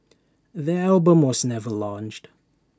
the album was never launched